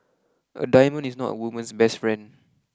a diamond is not a woman's best friend